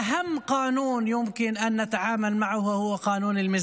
חבר הכנסת מנסור, אתה רוצה שנבין מה אתה אומר?